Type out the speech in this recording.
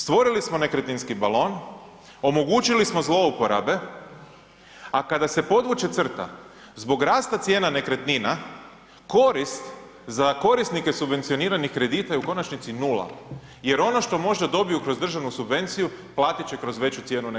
Stvorili smo nekretninski balon, omogućili smo zlouporabe, a kada se podvuče crta, zbog rasta cijena nekretnina, korist za korisnike subvencioniranih kredita je u konačnici 0 jer ono što možda dobiju kroz državnu subvenciju, platit će kroz veći cijenu nekretnina.